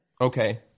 Okay